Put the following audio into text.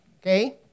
okay